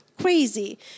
crazy